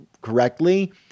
correctly